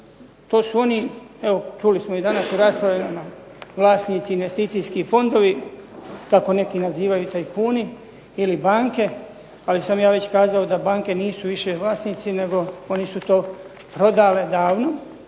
to su oni, evo čuli smo i danas u raspravama vlasnici investicijski fondovi, kako neki nazivaju tajkuni ili banke, ali sam ja već kazao da banke nisu više vlasnici, nego oni su to prodale davno,